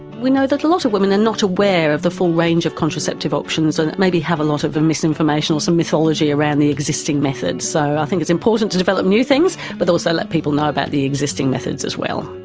we know that a lot of women are and not aware of the full range of contraceptive options and maybe have a lot of misinformation or some mythology around the existing methods. so i think it's important to develop new things but also let people know about the existing methods as well.